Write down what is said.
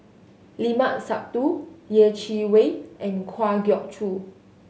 Limat Sabtu Yeh Chi Wei and Kwa Geok Choo